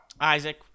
Isaac